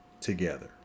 together